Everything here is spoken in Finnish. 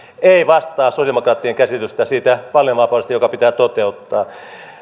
ei vastaa sosiaalidemokraattien käsitystä siitä valinnanvapaudesta joka pitää toteuttaa